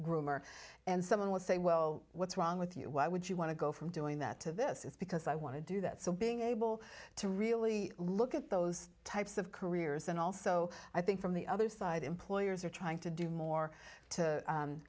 groomer and someone would say well what's wrong with you why would you want to go from doing that to this is because i want to do that so being able to really look at those types of careers and also i think from the other side employers are trying to do more to